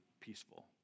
peaceful